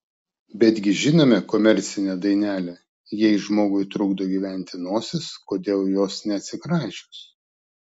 betgi žinome komercinę dainelę jei žmogui trukdo gyventi nosis kodėl jos neatsikračius